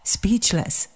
Speechless